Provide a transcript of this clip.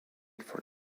for